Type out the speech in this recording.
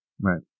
right